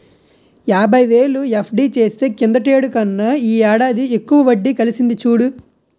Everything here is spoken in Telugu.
యాబైవేలు ఎఫ్.డి చేస్తే కిందటేడు కన్నా ఈ ఏడాది ఎక్కువ వడ్డి కలిసింది చూడు